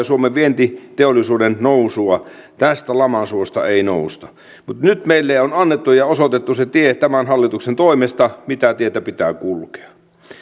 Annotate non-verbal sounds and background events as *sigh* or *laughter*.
*unintelligible* suomen vientiteollisuuden nousua tästä lamasuosta ei nousta mutta nyt meille on annettu ja osoitettu tämän hallituksen toimesta se tie mitä pitää kulkea